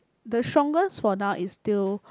the strongest for now is still